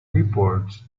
reports